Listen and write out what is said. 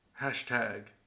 Hashtag